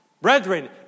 Brethren